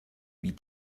wie